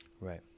Right